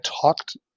talked